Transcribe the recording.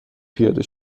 پیاده